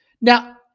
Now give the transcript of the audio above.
Now